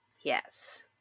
Yes